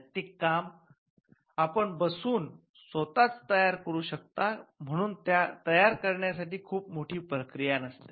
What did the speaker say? साहित्यिक काम आपण बसून स्वतःच तयार करू शकता म्हणून तयार करण्यासाठी खूप मोठी प्रक्रिया नसते